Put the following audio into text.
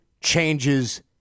changes